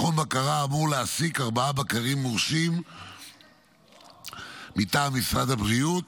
מכון בקרה אמור להעסיק ארבעה בקרים מורשים מטעם משרד הבריאות,